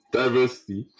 diversity